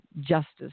justice